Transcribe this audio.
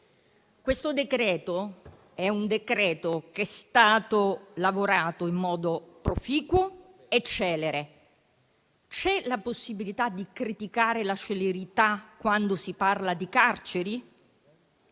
Il decreto-legge in discussione è stato lavorato in modo proficuo e celere. C'è la possibilità di criticare la celerità quando si parla di carceri?